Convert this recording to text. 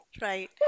right